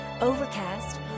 Overcast